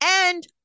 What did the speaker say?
And-